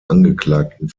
angeklagten